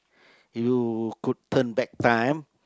you could turn back time